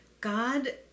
God